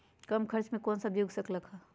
कम खर्च मे कौन सब्जी उग सकल ह?